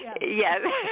Yes